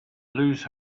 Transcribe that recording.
lose